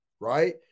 right